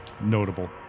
notable